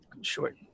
short